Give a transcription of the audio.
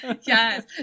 Yes